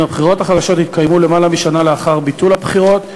אם הבחירות החדשות התקיימו למעלה משנה לאחר ביטול הבחירות,